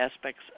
aspects